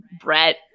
Brett